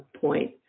point